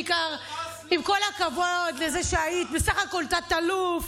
עם כל הכבוד לזה שהיית בסך הכול תת-אלוף,